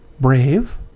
brave